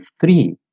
three